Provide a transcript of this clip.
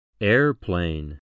Airplane